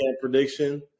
prediction